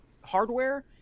hardware